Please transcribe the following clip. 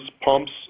pumps